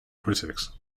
critics